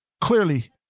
clearly